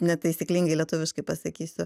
netaisyklingai lietuviškai pasakysiu